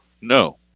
no